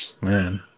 Man